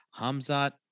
Hamzat